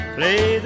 Play